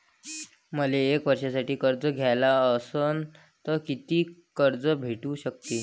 मले एक वर्षासाठी कर्ज घ्याचं असनं त कितीक कर्ज भेटू शकते?